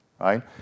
right